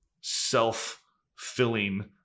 self-filling